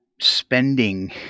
spending